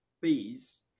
bees